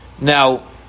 Now